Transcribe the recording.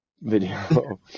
video